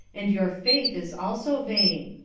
and your faith is also vain.